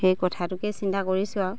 সেই কথাটোকে চিন্তা কৰিছোঁ আৰু